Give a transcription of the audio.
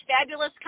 fabulous